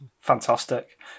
fantastic